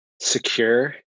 secure